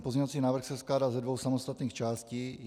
Pozměňovací návrh se skládá ze svou samostatných částí.